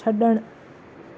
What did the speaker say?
छड॒णु